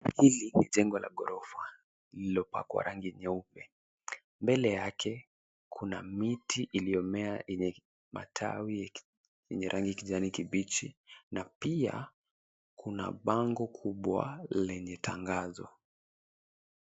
Hii ni jengo la ghorofa lililopakwa rangi. Mbele yake kuna miti iliyomea yenye matawi ya rangi ya kijani kibichi. Na pia kuna bango kubwa lenye tangazo